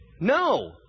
No